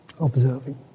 Observing